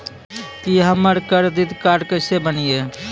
की हमर credit card केसे बनिये?